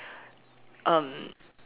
um